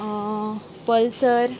pulsar